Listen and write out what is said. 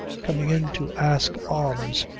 coming in to ask alms,